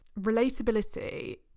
relatability